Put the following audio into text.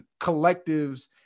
collectives